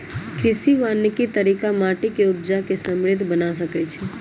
कृषि वानिकी तरिका माटि के उपजा के समृद्ध बना सकइछइ